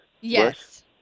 Yes